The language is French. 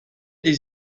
des